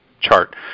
chart